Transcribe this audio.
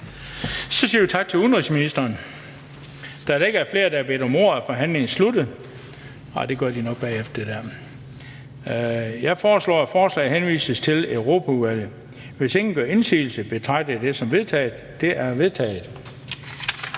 Så siger vi tak til udenrigsministeren. Da der ikke er flere, der har bedt om ordet, er forhandlingen sluttet. Jeg foreslår, at forslaget henvises til Europaudvalget. Hvis ingen gør indsigelse, betragter jeg det som vedtaget. Det er vedtaget.